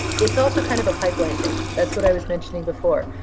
it's also kind of a pipeline thing. that's what i was mentioning before.